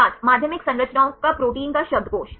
छात्र माध्यमिक संरचनाओं का प्रोटीन का शब्दकोश